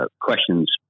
questions